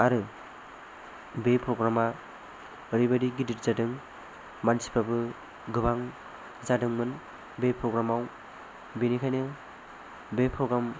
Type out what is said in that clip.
आरो बे प्र'ग्राम आ ओरैबायदि गिदिर जादों मानसिफोराबो गोबां जादोंमोन बे प्र'ग्राम आव बेनिखायनो बे प्र'ग्राम